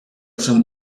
zum